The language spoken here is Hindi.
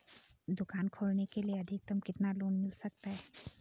दुकान खोलने के लिए अधिकतम कितना लोन मिल सकता है?